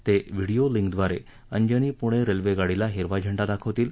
ते व्हिडियो लिंकद्वारे अजनी पुणे रेल्वेगाडीला हिरवा झेंडा दाखवतील